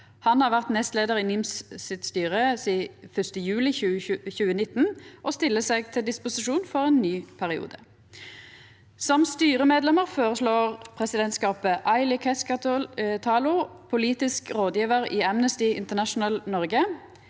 Han har vore nestleiar i NIMs styre sidan 1. juli 2019 og stiller seg til disposisjon for ein ny periode. Som styremedlemer føreslår presidentskapet: Aili Keskitalo, politisk rådgjevar i Amnesty International Noreg,